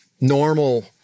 normal